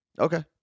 Okay